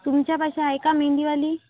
तुमच्यापाशी आहे का मेंदीवाली